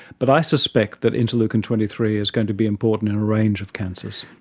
but i suspect that interleukin twenty three is going to be important in a range of cancers.